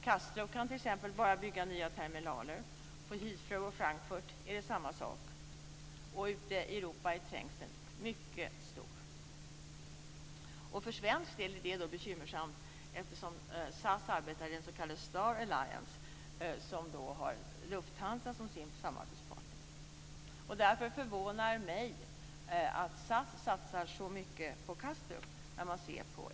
Kastrup kan t.ex. bara bygga nya terminaler. På Heathrow och i Frankfurt är det samma sak. Ute i Europa är trängseln mycket stor. För svensk del är det bekymmersamt eftersom SAS arbetar i den s.k. Star Alliance och har Lufthansa som sin samarbetspartner. När man ser på expansionsmöjligheterna förvånar det mig att SAS satsar så mycket på Kastrup.